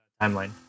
timeline